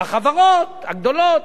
החברות הגדולות.